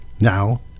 Now